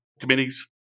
committees